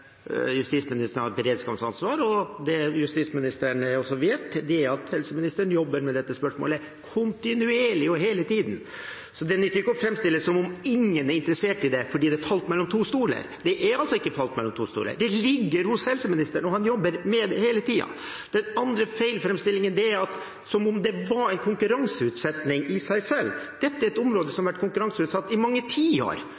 justisministeren har et beredskapsansvar. Det justisministeren også vet, er at helseministeren jobber med dette spørsmålet kontinuerlig, hele tiden, så det nytter ikke å framstille det som om ingen er interessert i det fordi det falt mellom to stoler. Det er altså ikke falt mellom to stoler, det ligger hos helseministeren, og han jobber med det hele tiden. Den andre framstillingen som er feil, er at det er knyttet til konkurranseutsetting i seg selv. Dette er et område som